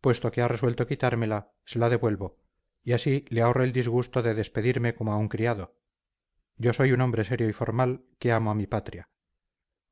puesto que ha resuelto quitármela se la devuelvo y así le ahorro el disgusto de despedirme como a un criado yo soy un hombre serio y formal que amo a mi patria